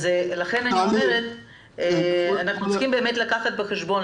אנחנו צריכים לקחת בחשבון,